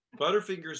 Butterfingers